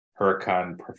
Huracan